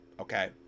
okay